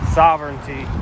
sovereignty